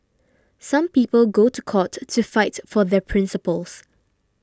some people go to court to fight for their principles